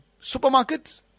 supermarket